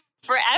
forever